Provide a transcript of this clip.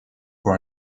for